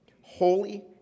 Holy